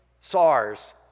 SARS